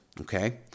Okay